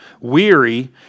weary